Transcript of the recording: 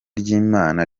ry’imana